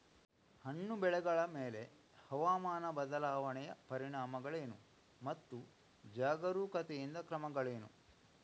ಹಣ್ಣು ಬೆಳೆಗಳ ಮೇಲೆ ಹವಾಮಾನ ಬದಲಾವಣೆಯ ಪರಿಣಾಮಗಳೇನು ಮತ್ತು ಜಾಗರೂಕತೆಯಿಂದ ಕ್ರಮಗಳೇನು?